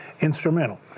instrumental